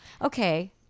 Okay